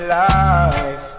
life